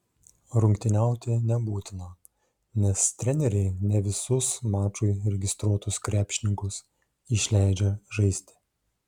rungtyniauti nebūtina nes treneriai ne visus mačui registruotus krepšininkus išleidžia žaisti